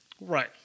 Right